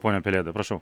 pone pelėda prašau